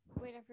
Wait